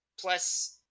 Plus